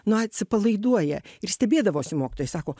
nu atsipalaiduoja ir stebėdavosi mokytojai sako